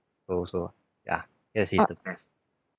so so ya K_F_C is the best